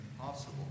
impossible